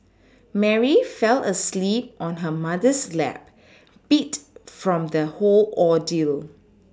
Mary fell asleep on her mother's lap beat from the whole ordeal